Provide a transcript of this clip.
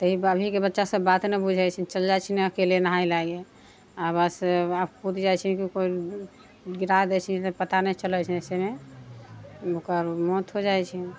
से अभीके बच्चा सभ बात नहि बुझै छै चलि जाइ छै अकेले नहाय लागि आओर बस आओर कूदि जाइ छै उपर गिरा दै छै पता नहि चलै छै ने अइसेमे ओकर मौत हो जाइ छै